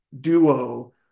duo